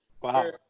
Wow